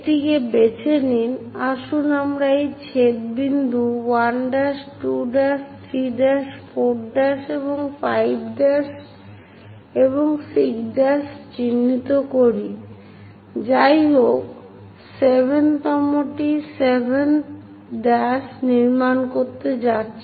এটিকে বেছে নিন আসুন আমরা এই ছেদ বিন্দু 1' 2' 3 ' 4' এবং 5 'এবং 6' চিহ্নিত করি যাই হোক 7 তমটি 7' নির্মাণ করতে যাচ্ছে